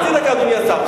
חצי דקה, אדוני השר.